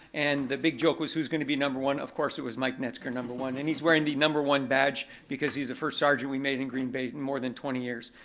and the big joke was who's gonna be number one, of course it was mike knetzger, number one. and he's wearing the number one badge, because he's the first sergeant we made in green bay more than twenty years.